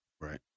Right